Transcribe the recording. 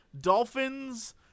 dolphins